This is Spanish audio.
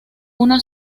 una